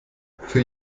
für